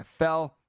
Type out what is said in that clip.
NFL